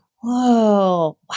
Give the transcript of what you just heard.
whoa